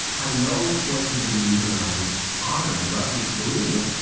i know what you believe, and i honor and love you for believing it.